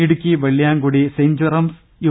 Idukki Vellayamkudi saint Jerome's U